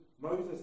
Moses